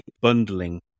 bundling